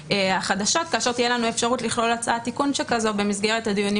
החדשות כאשר תהיה לנו אפשרות לכלול הצעת תיקון שכזו במסגרת הדיונים